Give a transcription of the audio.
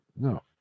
no